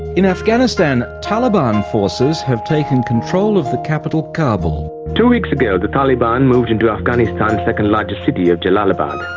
in afghanistan, taliban forces have taken control of the capital, kabul. two weeks ago the taliban moved into afghanistan's second largest city of jalalabad.